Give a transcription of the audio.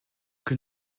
que